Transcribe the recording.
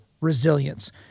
Resilience